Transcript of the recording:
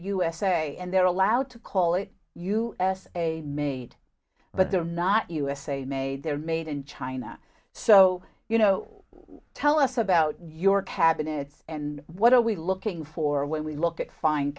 usa and they're allowed to call it u s a made but they're not usa made they're made in china so you know tell us about your cabinets and what are we looking for when we look at fin